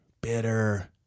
bitter